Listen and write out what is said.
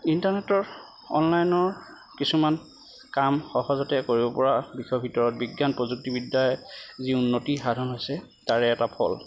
ইণ্টাৰনেটৰ অনলাইনৰ কিছুমান কাম সহজতে কৰিব পৰা বিষয়ৰ ভিতৰত বিজ্ঞান প্ৰযুক্তিবিদ্যাৰ যি উন্নতি সাধন হৈছে তাৰে এটা ফল